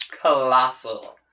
Colossal